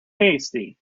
hasty